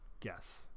Guess